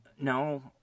No